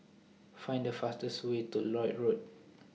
Find The fastest Way to Lloyd Road